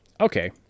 Okay